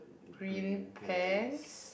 green pants